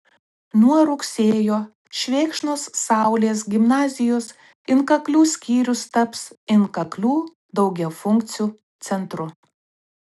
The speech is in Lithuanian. nuo rugsėjo švėkšnos saulės gimnazijos inkaklių skyrius taps inkaklių daugiafunkciu centru